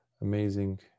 amazing